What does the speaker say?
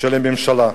של הממשלה.